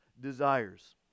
desires